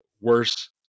worse